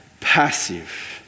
passive